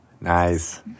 Nice